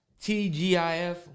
tgif